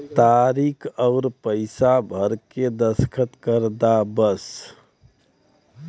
तारीक अउर पइसा भर के दस्खत कर दा बस